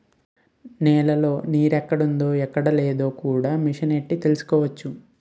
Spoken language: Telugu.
నేలలో నీరెక్కడుందో ఎక్కడలేదో కూడా మిసనెట్టి తెలుసుకోవచ్చు